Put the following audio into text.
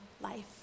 life